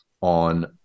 on